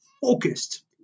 focused